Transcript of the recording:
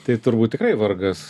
tai turbūt tikrai vargas